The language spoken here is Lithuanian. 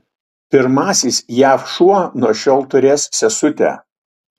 pirmasis jav šuo nuo šiol turės sesutę